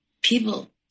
people